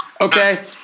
Okay